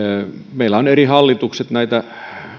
meillä ovat eri hallitukset näitä